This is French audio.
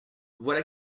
voilà